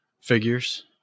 figures